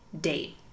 date